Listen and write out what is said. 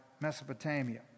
Mesopotamia